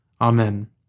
Amen